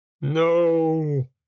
no